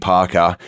Parker